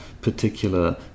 particular